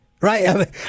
Right